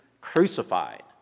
crucified